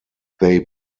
they